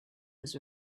was